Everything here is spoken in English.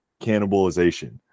cannibalization